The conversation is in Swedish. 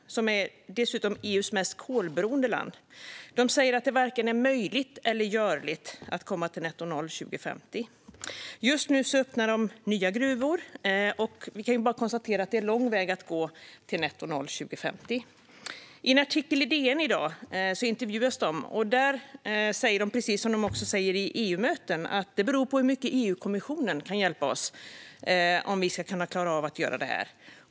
Det är dessutom EU:s mest kolberoende land. Man säger att det inte är vare sig möjligt eller görligt att komma till netto noll 2050. Just nu öppnar man nya gruvor. Vi kan bara konstatera att det är lång väg att gå till netto noll 2050. I en artikel i DN i dag citeras företrädare för Polen. Man säger precis som på EU-möten: Det beror på hur mycket EU-kommissionen kan hjälpa oss om vi ska klara av att göra det här.